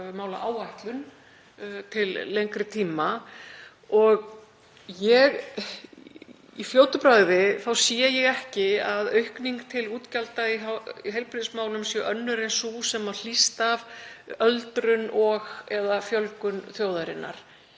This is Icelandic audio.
fjármálaáætlun til lengri tíma. Í fljótu bragði sé ég ekki að aukning til útgjalda í heilbrigðismálum sé önnur en sú sem hlýst af öldrun og/eða fjölgun þjóðarinnar.